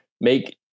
make